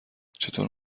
چطور